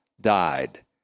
died